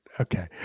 Okay